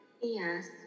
Yes